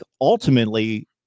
ultimately